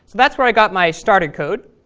that's where i got my starter code.